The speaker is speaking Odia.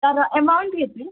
ତା'ର ଆମାଉଣ୍ଟ କେତେ